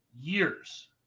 years